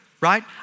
Right